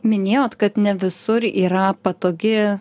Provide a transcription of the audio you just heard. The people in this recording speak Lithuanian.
minėjot kad ne visur yra patogi